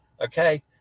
okay